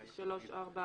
יש שלוש-ארבע